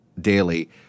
daily